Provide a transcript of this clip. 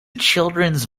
children’s